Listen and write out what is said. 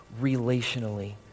relationally